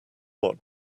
what